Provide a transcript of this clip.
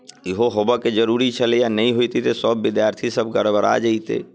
इहो होबयके जरूरी छलैए नहि होइतै तऽ सभ विद्यार्थीसभ गड़बडा जैतै